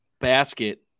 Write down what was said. basket